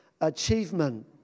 achievement